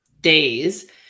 days